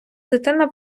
дитина